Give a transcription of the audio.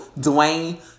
Dwayne